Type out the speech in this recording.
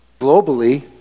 globally